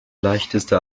leichteste